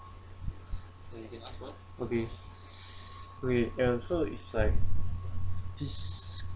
okay okay so it's like